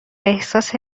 احساس